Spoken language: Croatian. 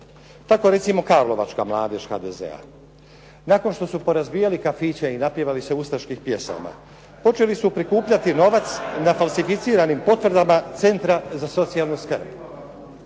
Tako recimo karlovačka mladež HDZ-a, nakon što su porazbijali kafiće i napjevali se ustaških pjesama, počeli su prikupljati novac na falsificiranim potvrdama centra za socijalnu skrb.